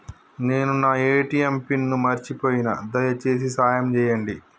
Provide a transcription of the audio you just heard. నేను నా ATM PIN మర్చిపోయిన, దయచేసి సాయం చేయండి